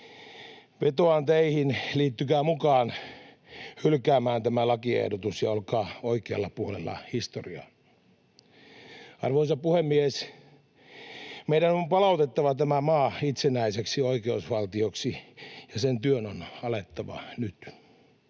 vetoan teihin: liittykää mukaan hylkäämään tämä lakiehdotus ja olkaa oikealla puolella historiaa. Arvoisa puhemies! Meidän on palautettava tämä maa itsenäiseksi oikeusvaltioksi, ja sen työn on alettava nyt.